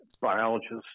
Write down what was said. biologists